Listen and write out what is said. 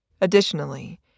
Additionally